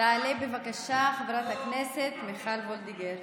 תעלה בבקשה חברת הכנסת מיכל וולדיגר.